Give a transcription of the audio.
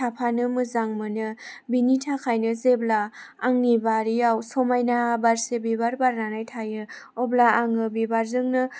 थाफानो मोजां मोनो बिनि थाखायनो जेब्ला आंनि बारियाव समायना बारसे बिबार बारनानै थायो अब्ला आङो बिबारजोंनो